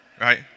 Right